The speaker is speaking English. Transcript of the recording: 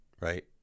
right